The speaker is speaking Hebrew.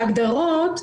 בהגדרות,